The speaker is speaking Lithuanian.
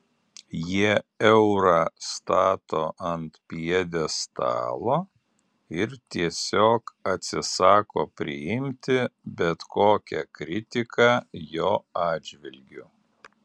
jie eurą stato ant pjedestalo ir tiesiog atsisako priimti bet kokią kritiką jo atžvilgiu